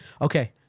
Okay